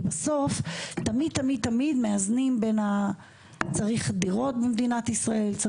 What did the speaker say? כי בסוף תמיד תמיד מאזנים בין זה שצריך דירות במדינת ישראל,